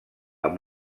amb